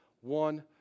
one